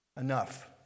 enough